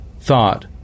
thought